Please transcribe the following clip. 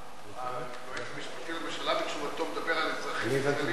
היועץ המשפטי לממשלה בתשובתו מדבר על אזרחים ישראלים,